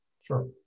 Sure